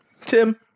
Tim